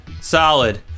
Solid